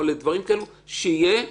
שיהיה,